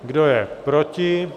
Kdo je proti?